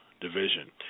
division